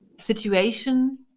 situation